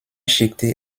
schickte